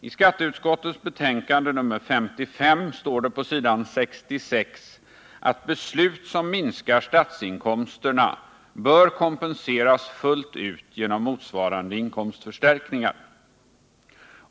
I skatteutskottets betänkande nr 55 står det på s. 69 att ”beslut som minskar statsinkomsterna —--- bör kompenseras fullt ut genom motsvarande inkomstförstärkningar”.